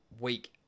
week